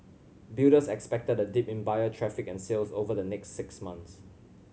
builders expected a dip in buyer traffic and sales over the next six months